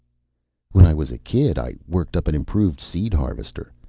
when i was a kid, i worked up an improved seeder harvester.